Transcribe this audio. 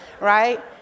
right